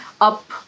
up